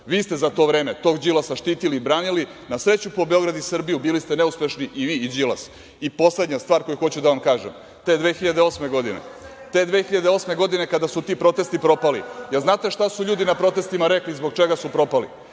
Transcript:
Vi ste za to vreme tog Đilasa štitili i branili. Na sreću po Beograd i Srbiju bili ste neuspešni i vi i Đilas. Poslednja stvar koju hoću da vam kažem. Te 2008. godine kada su ti protesti propali, da li znate šta su ljudi na protestima rekli zbog čega su protesti